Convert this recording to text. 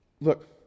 look